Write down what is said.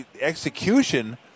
execution